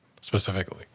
specifically